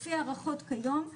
לפי הערכות כיום,